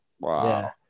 Wow